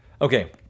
Okay